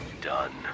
done